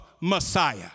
Messiah